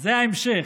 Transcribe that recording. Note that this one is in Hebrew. זה ההמשך.